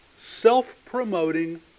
self-promoting